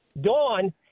Dawn